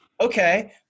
Okay